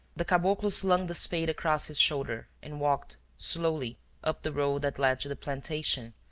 the caboclo slung the spade across his shoulder and walked slowly up the road that led to the plantation,